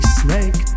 snake